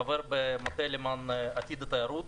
חבר במטה למען עתיד התיירות.